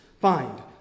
find